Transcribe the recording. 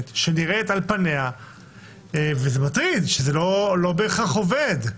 אבל זה לא מוסדר.